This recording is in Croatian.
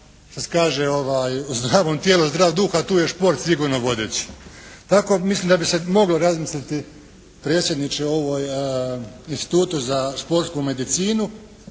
što se kaže u zdravom tijelu, zdrav duh, a tu je šport sigurno vodeći. Tako mislim da bi se moglo razmisliti predsjedniče, o ovoj Institutu za sportsku medicinu.